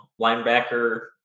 linebacker